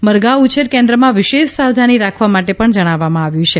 મરઘા ઉછેર કેન્દ્રમાં વિશેષ સાવધાની રાખવા માટે પણ જણાવવામાં આવ્યું છે